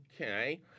Okay